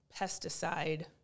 pesticide